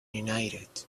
united